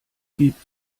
gibt